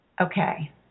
Okay